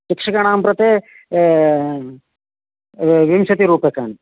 शिक्षकाणां कृते विंशतिरूप्यकाणि